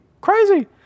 Crazy